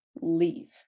leave